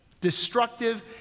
destructive